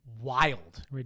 wild